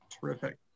Terrific